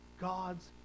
God's